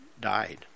died